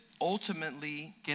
ultimately